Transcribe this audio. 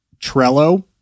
Trello